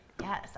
Yes